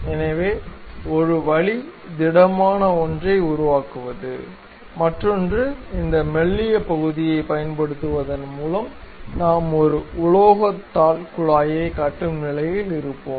எனவே ஒரு வழி திடமான ஒன்றை உருவாக்குவது மற்றொன்று இந்த மெல்லிய பகுதியைப் பயன்படுத்துவதன் மூலம் நாம் ஒரு உலோகத் தாள் குழாயைக் கட்டும் நிலையில் இருப்போம்